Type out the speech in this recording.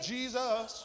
Jesus